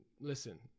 Listen